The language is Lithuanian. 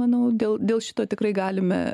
manau dėl dėl šito tikrai galime